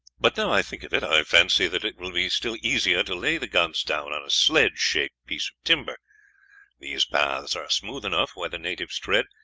but now i think of it, i fancy that it will be still easier to lay the guns down on a sledge shaped piece of timber these paths are smooth enough where the natives tread,